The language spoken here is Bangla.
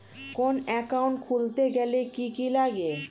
কোন একাউন্ট খুলতে গেলে কি কি লাগে?